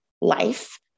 life